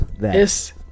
yes